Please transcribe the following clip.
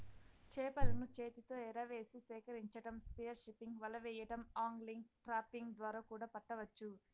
చేపలను చేతితో ఎరవేసి సేకరించటం, స్పియర్ ఫిషింగ్, వల వెయ్యడం, ఆగ్లింగ్, ట్రాపింగ్ ద్వారా కూడా పట్టవచ్చు